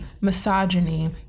misogyny